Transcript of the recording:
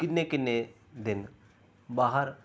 ਕਿੰਨੇ ਕਿੰਨੇ ਦਿਨ ਬਾਹਰ